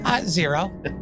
Zero